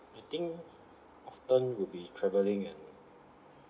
I think often will be travelling and